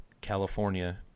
California